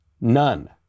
None